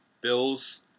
Bills